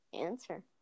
answer